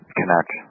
connect